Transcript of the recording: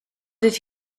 did